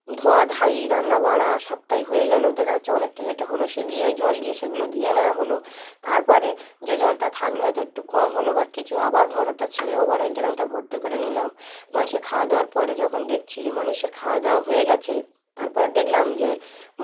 ধোয়া ধাই রান্না বাড়া সবটাই হয়ে গেলো দেখা যাচ্ছে অনেক টেঁট হলো সে দিয়ে ওই জল দিয়ে সেগুলো দিয়ে নেওয়া হলো তারপরে যে জলটা থাকলো হয়তো একটু কম হলো বা কিছু আবার মোটরটা ছেড়েও আবার ওই ড্রামটা ভর্তি করে নিলাম মানুষের খাওয়া দাওয়ার পরে যখন দেখছি যে মানুষের খাওয়া দাওয়া হয়ে গেছে তারপরে দেখলাম যে